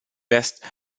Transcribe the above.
lässt